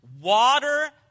water